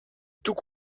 tout